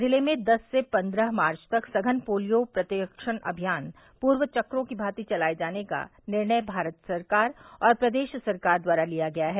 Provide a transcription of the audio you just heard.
जिले में दस से पन्द्रह मार्च तक सघन पल्स पोलियो प्रतिरक्षण अभियान पूर्व चक्रों की भाँति चलाये जाने का निर्णय भारत सरकार एवं प्रदेश सरकार द्वारा लिया गया है